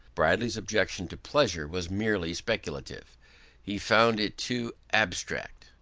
bradley's objection to pleasure was merely speculative he found it too abstract.